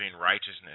righteousness